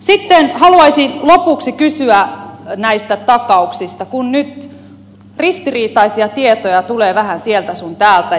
sitten haluaisin lopuksi kysyä näistä takauksista kun nyt ristiriitaisia tietoja tulee vähän sieltä sun täältä